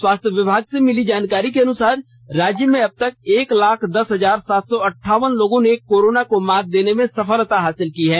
स्वास्थ्य विभाग से मिली जानकारी के अनुसार राज्य में अब तक एक लाख दस हजार सात सौ अंठावन लोगों ने कोरोना को मात देने में सफलता हासिल की है